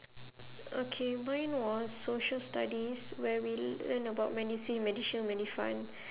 okay mine was social studies where we learn about medisave medishield medifund